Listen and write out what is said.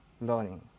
learning